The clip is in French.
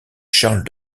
charles